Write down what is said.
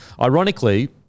ironically